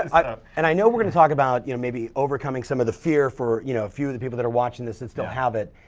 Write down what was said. and i um and i know we're gonna talk about you know maybe overcoming some of the fear for a you know few of the people that are watching this and still have it,